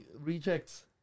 rejects